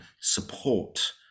support